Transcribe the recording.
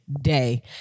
day